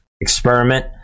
experiment